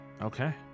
Okay